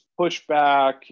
pushback